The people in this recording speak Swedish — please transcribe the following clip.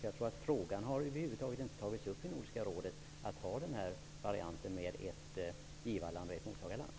Frågan om att införa denna variant med ett givarland och ett mottagarland har nog över huvud taget inte tagits upp i Nordiska rådet.